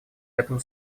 этому